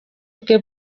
bwe